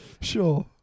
Sure